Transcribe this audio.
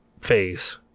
phase